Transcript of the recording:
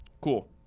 cool